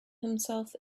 himself